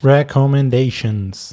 Recommendations